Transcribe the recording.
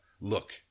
look